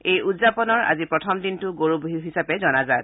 এই উদযাপনৰ আজি প্ৰথম দিনটো গৰু বিহু হিচাপে জনাজাত